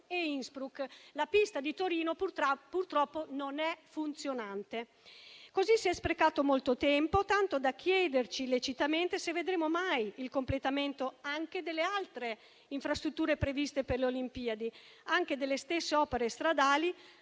e Innsbruck. La pista di Torino, purtroppo, non è funzionante. Così si è sprecato molto tempo, tanto da chiederci lecitamente se vedremo mai il completamento anche delle altre infrastrutture previste per le Olimpiadi, come anche delle stesse opere stradali,